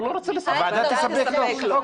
הוועדה תספק לו.